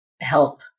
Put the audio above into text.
Help